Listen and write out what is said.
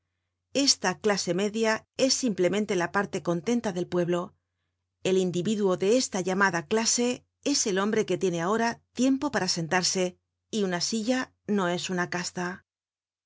esta clase media es simplemente la parte contenta del pueblo el individuo de esta llamada clase es el hombre que tiene ahora tiempo para sentarse y una silla no es una casta